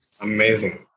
Amazing